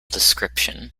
description